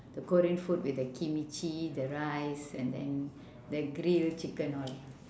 the korean food with the kimchi the rice and then the grilled chicken all that